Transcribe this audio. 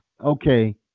okay